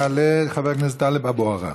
יעלה חבר הכנסת טלב אבו עראר,